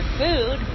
food